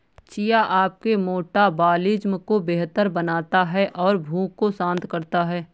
chia आपके metabolism को बेहतर बनाता है और भूख को शांत करता है